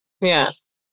Yes